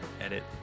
Edit